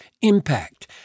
impact